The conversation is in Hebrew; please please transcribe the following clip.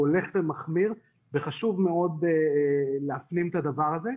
הוא הולך ומחמיר וחשוב מאוד להפנים את הדבר הזה,